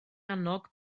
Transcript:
annog